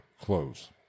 close